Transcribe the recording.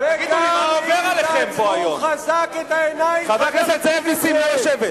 הטרור בעולם, חבר הכנסת נסים, נא לשבת.